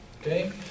Okay